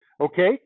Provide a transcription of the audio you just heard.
Okay